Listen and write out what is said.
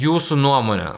jūsų nuomone